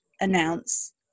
announce